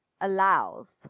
allows